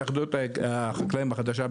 התאחדות החקלאים החדשה,